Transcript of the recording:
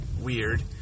weird